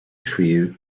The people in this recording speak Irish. tríú